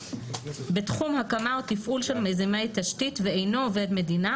בתחום הקמה או תפעול של מיזמי תשתית ואינו עובד מדינה,